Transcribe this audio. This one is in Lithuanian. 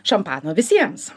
šampano visiems